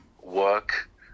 work